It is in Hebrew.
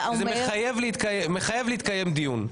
זה מחייב לקיים דיון.